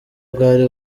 bwari